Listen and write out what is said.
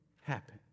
happen